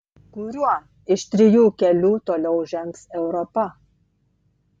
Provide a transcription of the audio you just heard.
kuriuo iš trijų kelių toliau žengs europa